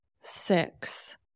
six